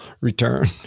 return